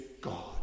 God